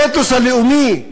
האתוס הלאומי.